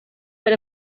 per